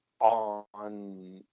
on